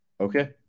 Okay